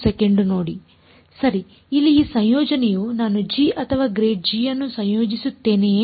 ಸರಿ ಇಲ್ಲಿ ಈ ಸಂಯೋಜನೆಯು ನಾನು g ಅಥವಾ ∇g ಅನ್ನು ಸಂಯೋಜಿಸುತ್ತೇನೆಯೇ